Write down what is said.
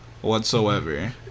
whatsoever